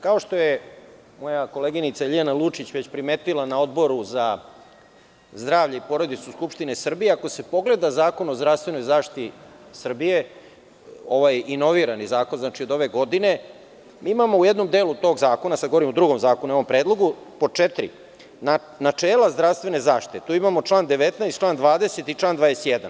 Kao što je moja koleginica Ljiljana Lučić već primetila na Odboru za zdravlje i porodicu Skupštine Srbije, ako se pogleda Zakon o zdravstvenoj zaštiti Srbije, inovirani zakon, znači od ove godine, imamo u jednom delu tog zakona, sada govorim o drugom zakonu, ovom predlogu, po četiri načela zdravstvene zaštite, imamo član 19, član 20. i član 21.